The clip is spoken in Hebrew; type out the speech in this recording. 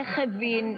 איך הבינו את זה,